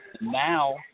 Now